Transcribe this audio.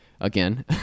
Again